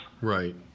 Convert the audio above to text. right